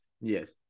Yes